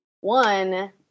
One